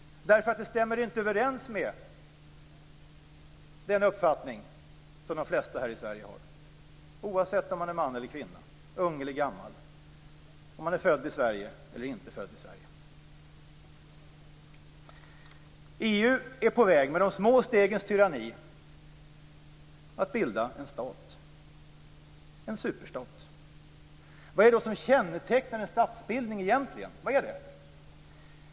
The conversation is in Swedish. Det stämmer inte överens med den uppfattning som de flesta här i Sverige har, oavsett om man är man eller kvinna, ung eller gammal, om man är född i Sverige eller inte född i Sverige. EU är på väg med de små stegens tyranni att bilda en stat, en superstat. Vad är det då som egentligen kännetecknar en statsbildning?